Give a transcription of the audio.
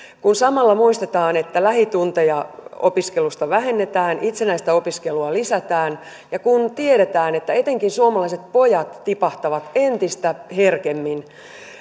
kun samalla muistetaan että lähitunteja opiskelusta vähennetään ja itsenäistä opiskelua lisätään ja kun tiedetään että etenkin suomalaiset pojat tipahtavat koulutuksesta entistä herkemmin